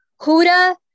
Huda